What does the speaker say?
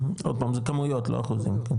עוד פעם זה כמויות לא אחוזים.